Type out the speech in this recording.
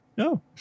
No